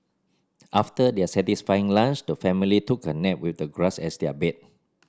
after their satisfying lunch the family took a nap with the grass as their bed